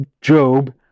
Job